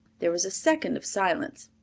there was a second of silence.